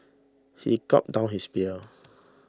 he gulped down his beer